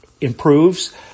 improves